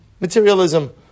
Materialism